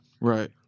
Right